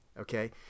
Okay